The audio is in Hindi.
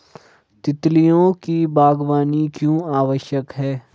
तितलियों की बागवानी क्यों आवश्यक है?